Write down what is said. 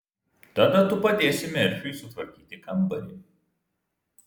tada tu padėsi merfiui sutvarkyti kambarį